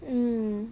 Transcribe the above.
mm